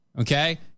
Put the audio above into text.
Okay